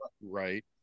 Right